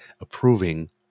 approving